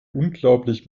unglaublich